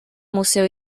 museo